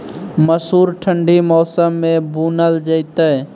मसूर ठंडी मौसम मे बूनल जेतै?